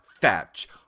fetch